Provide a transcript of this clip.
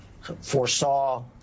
foresaw